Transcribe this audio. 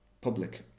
public